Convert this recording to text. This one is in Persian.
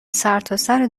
سرتاسر